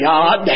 God